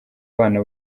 bana